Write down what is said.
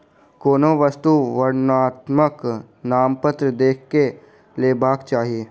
कोनो वस्तु वर्णनात्मक नामपत्र देख के लेबाक चाही